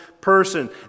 person